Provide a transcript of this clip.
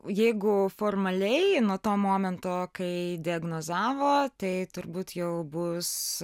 jeigu formaliai nuo to momento kai diagnozavo tai turbūt jau bus